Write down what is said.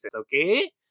okay